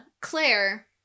Claire